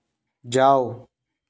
जाओ